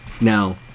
Now